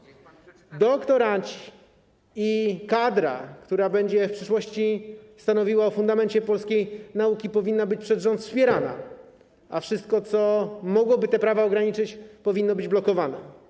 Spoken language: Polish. Doktoranci i kadra, którzy będą w przyszłości stanowili o fundamencie polskiej nauki, powinni być przez rząd wspierani, a wszystko, co mogłoby te prawa ograniczyć, powinno być blokowane.